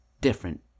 different